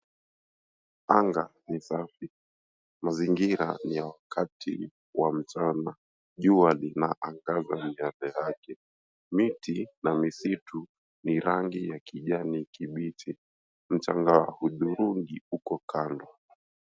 Anga ni safi. Mazingira ni ya wakati wa mchana. Jua linaangaza miale yake. Miti na misitu ni rangi ya kijani kibichi. Mchanga wa hudhurungi uko kando.